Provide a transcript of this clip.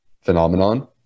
phenomenon